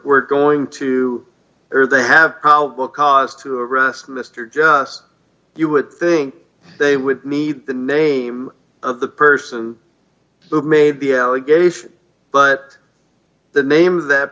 we're going to err they have probable cause to arrest mr just you would think they would meet the name of the person who made the allegation but the name of that